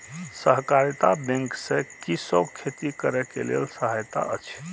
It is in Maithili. सहकारिता बैंक से कि सब खेती करे के लेल सहायता अछि?